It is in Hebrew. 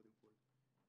קודם כול.